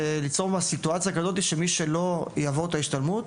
וליצור סיטואציה כזאת שמי שלא עובר את ההשתלמות